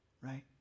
Right